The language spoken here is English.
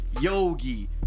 yogi